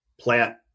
plant